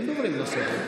אין דוברים נוספים.